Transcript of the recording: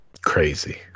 crazy